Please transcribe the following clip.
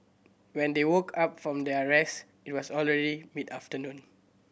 when they woke up from their rest it was already mid afternoon